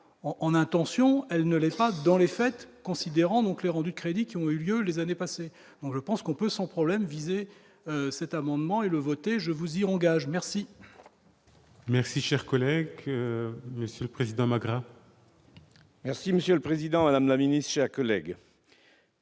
en intentions, elle ne laisse pas dans les fêtes, considérant donc les rangs du crédit qui ont eu lieu les années passées, donc je pense qu'on peut sans problème visés cet amendement et le voter je vous irons gage merci. Merci, cher collègue, Monsieur le Président ma gras. Merci monsieur le président, madame la Ministre, chers collègues.